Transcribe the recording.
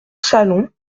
salon